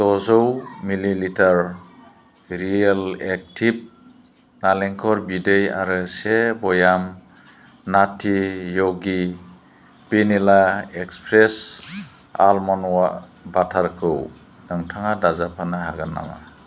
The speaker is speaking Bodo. द'जौ मिलिलिटार रियेल एक्टिभ नारेंखल बिदै आरो से भयाम नात्ति य'गि भेनिला एक्सप्रेस आलमन्ड बाटारखौ नोंथाङा दाजाबफानो हागोन नामा